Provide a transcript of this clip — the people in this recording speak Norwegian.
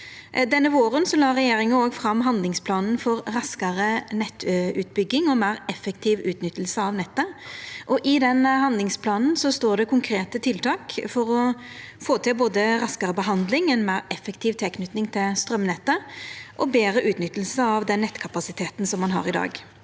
Denne våren la regjeringa fram handlingsplanen for raskare nettutbygging og meir effektiv utnytting av nettet. I handlingsplanen står det konkrete tiltak for å få til både raskare behandling, ei meir effektiv tilknyting til straumnettet og betre utnytting av den nettkapasiteten ein har i dag.